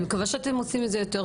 אני מקווה שאתם עושים את זה טוב יותר